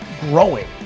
growing